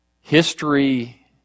History